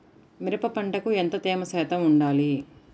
మిరప పంటకు ఎంత తేమ శాతం వుండాలి?